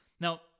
Now